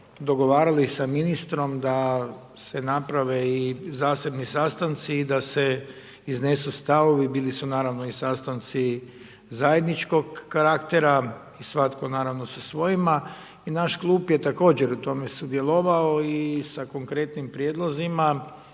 dogovarali sa ministrom da se naprave i zasebni sastanci i da se iznesu stavovi, bili su naravno i sastanci zajedničkog karaktera, svatko naravno sa svojima i naš klub je također u tome sudjelovao i sa konkretnim prijedlozima